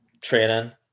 Training